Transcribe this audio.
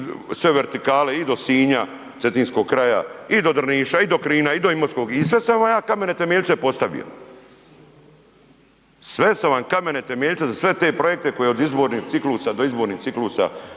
sve vertikale i do Sinja, Cetinskog kraja i do Drniša i do Knina i do Imotskog i sada sam vam ja kamene temeljce postavio. Sve sam vam kamene temeljce za sve te projekte koje od izbornih ciklusa do izbornih ciklusa